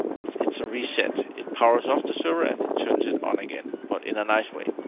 it's it's a reset. it powers off the server and it turns it on again, but in a nice way.